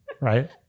Right